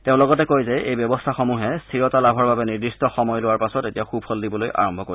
তেওঁ লগতে কয় যে এই ব্যৱস্থাসমূহে স্থিৰতা লাভৰ বাবে নিৰ্দিষ্ট সময় লোৱাৰ পাছত এতিয়া সুফল দিবলৈ আৰম্ভ কৰিব